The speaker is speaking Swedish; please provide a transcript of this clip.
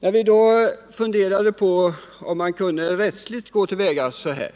När vi funderade över hur man rättsligt kunde gå till väga sade